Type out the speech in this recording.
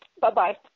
Bye-bye